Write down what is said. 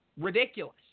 ridiculous